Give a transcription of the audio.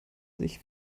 sich